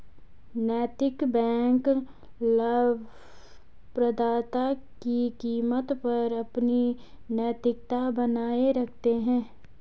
नैतिक बैंक लाभप्रदता की कीमत पर अपनी नैतिकता बनाए रखते हैं